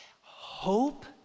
Hope